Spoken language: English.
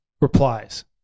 Replies